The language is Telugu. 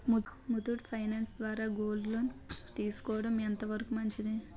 ముత్తూట్ ఫైనాన్స్ ద్వారా గోల్డ్ లోన్ తీసుకోవడం ఎంత వరకు మంచిది?